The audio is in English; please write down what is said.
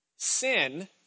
Sin